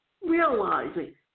realizing